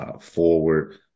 forward